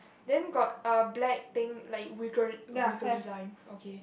then got a black thing like wiggle wiggly line okay